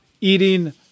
eating